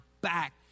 back